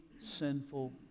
sinful